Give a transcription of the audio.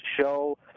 show